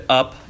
up